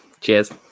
Cheers